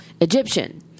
Egyptian